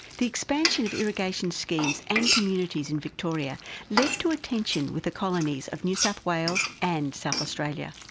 the expansion of irrigation schemes and communities in victoria led to a tension with the colonies of new south wales and south australia.